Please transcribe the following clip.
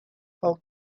how